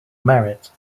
merit